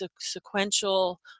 sequential